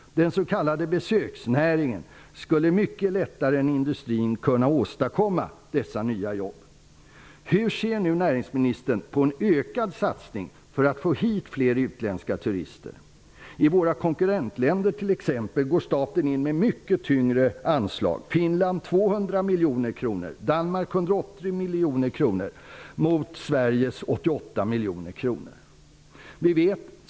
Den s.k. besöksnäringen skulle mycket lättare än industrin kunna åstadkomma dessa nya jobb. Hur ser näringsministern på en ökad satsning för att få hit utländska turister? I t.ex. våra konkurrentländer går staten in med mycket tyngre anslag, i Finland med 200 miljoner och i Danmark med 180 miljoner mot i Sverige 88 miljoner kronor.